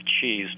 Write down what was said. cheese